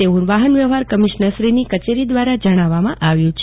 તેવું વાહન વ્યવહાર કમિશ્નરશ્રીની કચેરી દવારા જણાવાયું છે